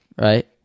right